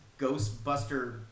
Ghostbuster